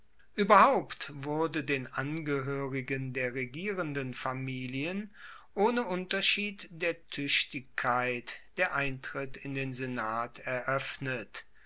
ueberhaupt wurde den angehoerigen der regierenden familien ohne unterschied der tuechtigkeit der eintritt in den senat eroeffnet